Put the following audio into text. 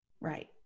Right